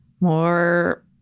more